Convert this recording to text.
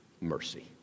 mercy